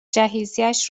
جهیزیهش